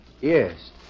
Yes